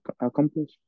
accomplish